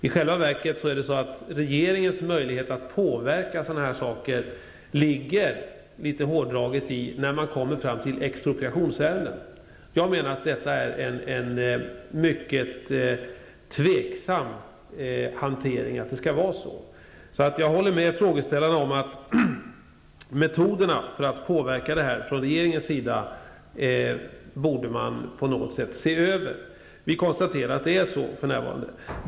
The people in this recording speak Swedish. I själva verket ligger regeringens möjligheter att påverka, litet hårdraget, när det lett fram till expropriationsärenden. Jag menar att det är en mycket tveksam hantering att det skall vara så. Jag håller med frågeställarna om att man på något sätt borde se över regeringens möjligheter att påverka. Vi kan för närvarande konstatera hur det är.